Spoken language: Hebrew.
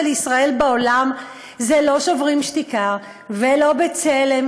לישראל בעולם זה לא "שוברים שתיקה" ולא ב"צלם",